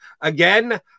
again